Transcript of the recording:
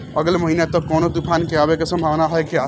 अगले महीना तक कौनो तूफान के आवे के संभावाना है क्या?